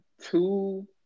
two